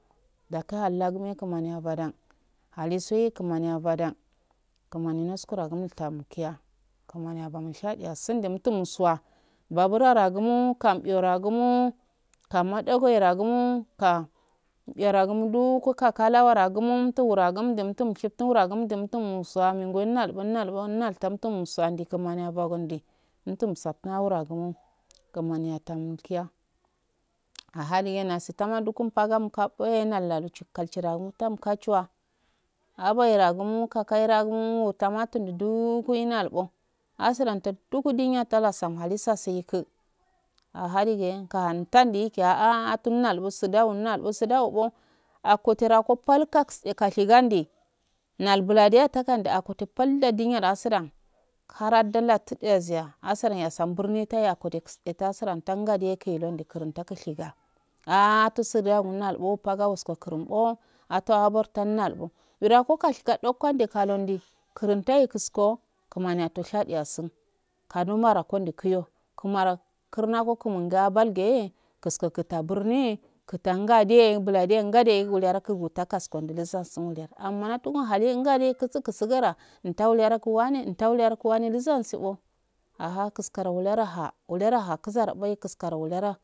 Daka hallaguro kumani yalosoye kumani ya badan kumani naskura kuno tam tam naiya kumani yabama shadiyasin de umjursura badur wa ragumo kam biragumo kam madoyora gumo ba mbiyara gum ka kalawaragumo umtu wura gum usuwan mingu umnalbo unalba unal tam tam sandi kumani yabogon ndi unsaftin ah wuragumo kumani yatumo kiya aha dige nasitan manduku pagam pagio nalualu tchukal chigal gun tau kachuraa abai ragumo kakai ragumo wutomatu du ku inalbo asuranja tugu dunyia tagasan halisa saiku aha diya kahan tandiko ahah atunall sudauo sudauo akoterako pal kaske kashigu nal bula dega takaudu akote palla diniyan ansoda karaduda teduyan asaryansa burnitai akote kise tusuran tangadoye kehe landu landi kurunta kushiga ah to sudau unaibo paga wasko kurumbo towa abortammalbo wida ko kash kadokan de kalo kuruntan kusko kuman adoshechi yasun kadumara kondi kuyo kumearo kuma go kurunga balge kurukaska burin katan gade baldiyan gade wuliyara lai guskanka sund waliya ammanatun wahalin gade kusu kusun gara ntawale gu wane ntawaloyarakunwane luzansi tso aha kuskarogi wuliyaraha wuliyaro ha laizar boi kuskkaro whliyara.